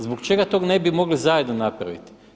Zbog čega to ne bi mogli zajedno napraviti?